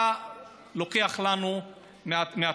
אתה לוקח לנו מהתקציב.